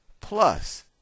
plus